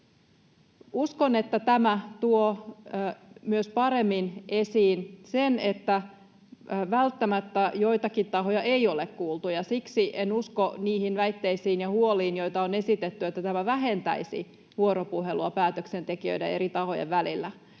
Uskon, että tämä tuo paremmin esiin myös sen, että välttämättä joitakin tahoja ei ole kuultu, ja siksi en usko niihin väitteisiin ja huoliin, joita on esitetty, että tämä vähentäisi vuoropuhelua päätöksentekijöiden ja eri tahojen välillä.